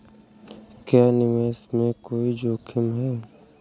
क्या निवेश में कोई जोखिम है?